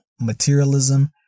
materialism